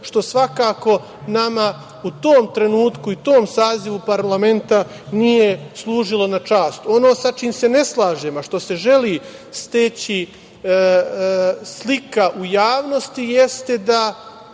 što svakako nama u tom trenutku i u tom sazivu parlamenta nije služilo na čast. Ono sa čim se ne slažem, a što se želi steći slika u javnosti, jeste da